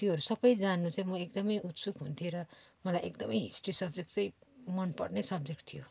त्योहरू सब जान्नु चाहिँ म एकदम उत्सुक हुन्थे र मलाई एकदम हिस्ट्री सब्जेक्ट चाहिँ मन पर्ने सब्जेक्ट थियो